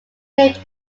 named